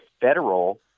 federal